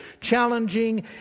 challenging